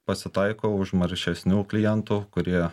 pasitaiko užmaršesnių klientų kurie